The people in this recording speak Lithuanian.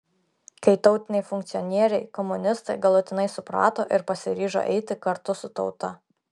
kai tautiniai funkcionieriai komunistai galutinai suprato ir pasiryžo eiti kartu su tauta